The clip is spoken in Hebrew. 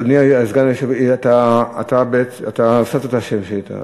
אדוני, אתה הוספת את השם שלי?